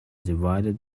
divided